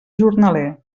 jornaler